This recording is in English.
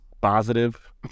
Positive